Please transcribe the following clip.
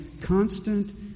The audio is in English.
constant